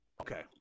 Okay